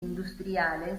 industriale